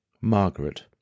Margaret